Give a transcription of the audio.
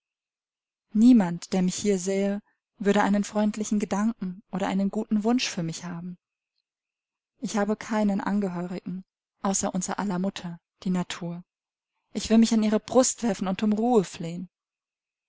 niemand der mich hier sähe würde einen freundlichen gedanken oder einen guten wunsch für mich haben ich habe keinen angehörigen außer unser aller mutter die natur ich will mich an ihre brust werfen und um ruhe flehen